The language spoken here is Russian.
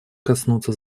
коснуться